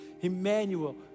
Emmanuel